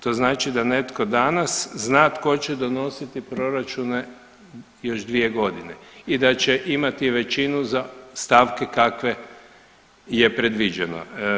To znači da netko danas zna tko će donositi proračune još 2 godine i da će imati većinu za stavke kakve je predviđeno.